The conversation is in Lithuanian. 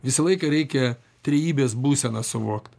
visą laiką reikia trejybės būseną suvokt